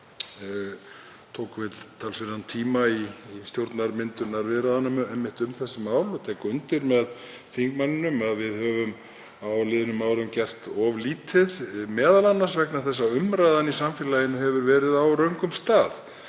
tókum við talsverðan tíma í stjórnarmyndunarviðræðunum einmitt um þessi mál. Ég tek undir með þingmanninum að við höfum á liðnum árum gert of lítið, m.a. vegna þess að umræðan í samfélaginu hefur verið á röngum stað.